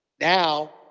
Now